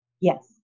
Yes